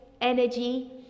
energy